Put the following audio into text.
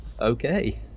Okay